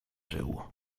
żył